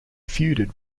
feuded